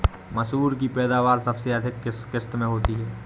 मसूर की पैदावार सबसे अधिक किस किश्त में होती है?